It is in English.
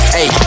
Hey